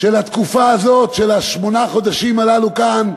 של התקופה הזאת של שמונת החודשים הללו כאן,